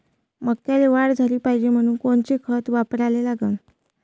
मक्याले वाढ झाली पाहिजे म्हनून कोनचे खतं वापराले लागन?